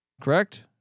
Correct